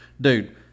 dude